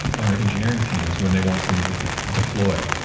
our engineering teams when they want to deploy,